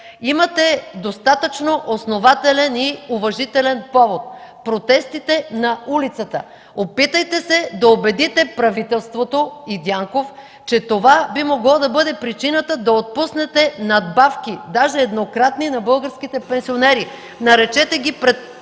имате достатъчно основателен и уважителен повод – протестите на улицата. Опитайте се да убедите правителството и Дянков, че това би могло да бъде причината да отпуснете надбавки, даже еднократни на българските пенсионери. (Председателят дава